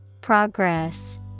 progress